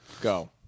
go